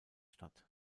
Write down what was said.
statt